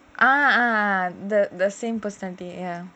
ah the the same personality ya